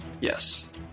Yes